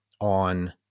on